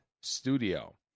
Studio